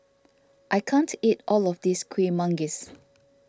I can't eat all of this Kueh Manggis